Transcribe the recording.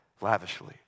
lavishly